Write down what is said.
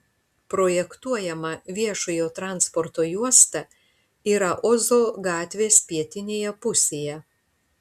projektuojama viešojo transporto juosta yra ozo gatvės pietinėje pusėje